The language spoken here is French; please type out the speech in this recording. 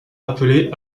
appelé